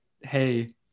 Hey